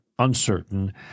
uncertain